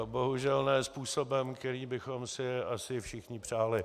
Bohužel ne způsobem, který bychom si asi všichni přáli.